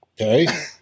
Okay